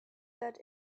that